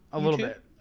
a little bit.